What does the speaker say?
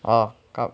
oh